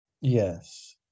yes